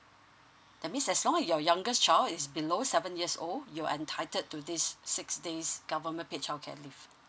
that means as long as your youngest child is below seven years old you're entitled to this six days government paid childcare leave